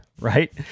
Right